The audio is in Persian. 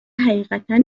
حقیقتا